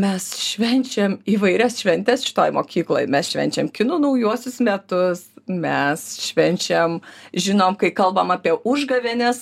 mes švenčiam įvairias šventes šitoj mokykloj mes švenčiam kinų naujuosius metus mes švenčiam žinom kai kalbam apie užgavėnes